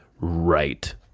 right